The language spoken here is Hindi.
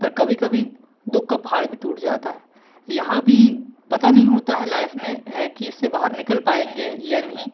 पर कभी कभी दु ख का पहाड़ भी टूट जाता है यहाँ भी पता नहीं होता है लाइफ़ में कि इससे बाहर निकल पाएँगे या नहीं